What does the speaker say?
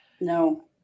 No